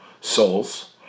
souls